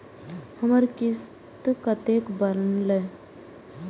हमर किस्त कतैक बनले?